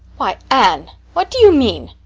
why, anne, what do you mean?